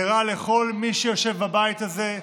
זה רע לכל מי שיושב בבית הזה,